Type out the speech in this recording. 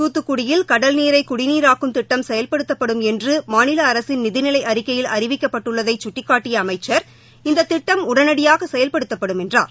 தூத்துக்குடியில் கடல்நீரை குடிநீராக்கும் திட்டம் செயல்படுத்தப்படும் என்று மாநில அரசின் நிதிநிலை அறிக்கையில் அறிவிக்கப்பட்டுள்ளதை கட்டிக்காட்டிய அமைச்ச் இந்த திட்டம் உடனடியாக செயல்படுத்தப்படும் என்றார்